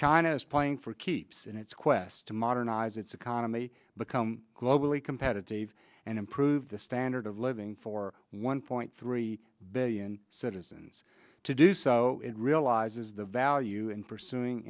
china is playing for keeps and its quest to modernize its economy become globally competitive and improve the standard of living for one point three billion citizens to do so it realizes the value in pursuing